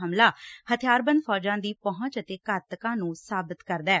ਹਮਲਾ ਹਬਿਆਰਬੰਦ ਫੌਜਾਂ ਦੀ ਪਹੁੰਚ ਅਤੇ ਘਾਤਕਾ ਨੁੰ ਸਾਬਤ ਕਰਦਾ ਐ